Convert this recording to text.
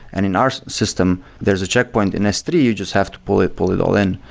and in our system, there's a checkpoint in s three. you just have to pull it pull it all in.